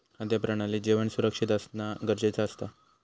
खाद्य प्रणालीत जेवण सुरक्षित असना गरजेचा असता